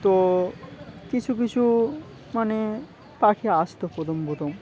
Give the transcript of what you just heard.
তো কিছু কিছু মানে পাখি আসত প্রথম প্রথম